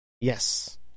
Yes